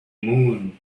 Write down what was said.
moon